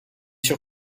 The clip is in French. sûr